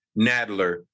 Nadler